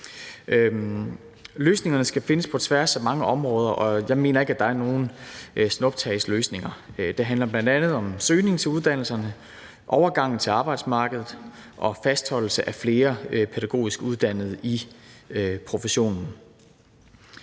Løsningerne skal findes på tværs af mange områder, og jeg mener ikke, at der er nogen snuptagsløsninger. Det handler bl.a. om søgningen til uddannelserne, overgangen til arbejdsmarkedet og fastholdelse af flere pædagogisk uddannede i professionen.